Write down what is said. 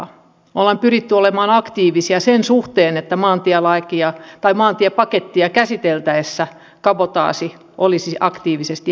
me olemme pyrkineet olemaan aktiivisia sen suhteen että maantiepakettia käsiteltäessä kabotaasi olisi aktiivisesti esillä